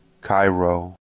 Cairo